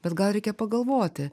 bet gal reikia pagalvoti